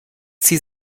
sie